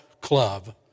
club